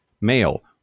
male